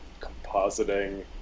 compositing